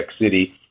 City